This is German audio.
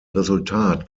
resultat